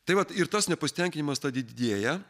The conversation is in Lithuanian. tai vat ir tas nepasitenkinimas tad didėja